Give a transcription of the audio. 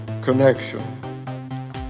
connection